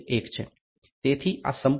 તેથી આ સંપૂર્ણ ઉચાઈ હવે 29